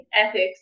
ethics